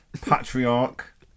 patriarch